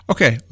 Okay